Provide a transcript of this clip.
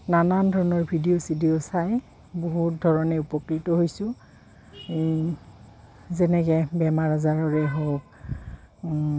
নানান ধৰণৰ ভিডিঅ' চিডিঅ' চাই বহুত ধৰণে উপকৃত হৈছোঁ যেনেকে বেমাৰ আজাৰৰে হওক